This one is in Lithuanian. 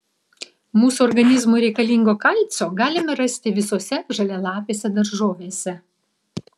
mūsų organizmui reikalingo kalcio galime rasti visose žalialapėse daržovėse